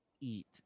eat